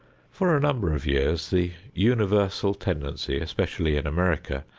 for a number of years the universal tendency, especially in america,